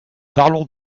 parlons